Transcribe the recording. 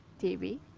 TV